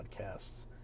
podcasts